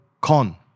Con